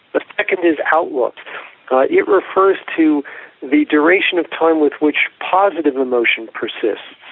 the second is outlook it refers to the duration of time with which positive emotion persists,